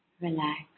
Relax